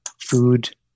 food